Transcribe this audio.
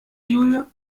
julia